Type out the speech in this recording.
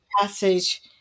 passage